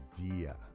idea